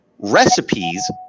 Recipes